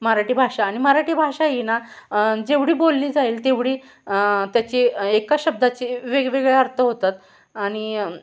मराठी भाषा आणि मराठी भाषा ही ना जेवढी बोलली जाईल तेवढी त्याची एका शब्दाचे वेगवेगळे अर्थ होतात आणि